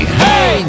hey